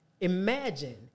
Imagine